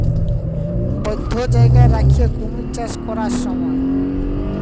বধ্য জায়গায় রাখ্যে কুমির চাষ ক্যরার স্যময়